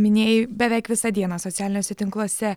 minėjai beveik visą dieną socialiniuose tinkluose